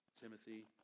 Timothy